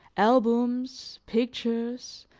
albums, pictures,